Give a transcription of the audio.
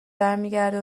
برمیگرده